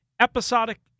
episodic